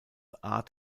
art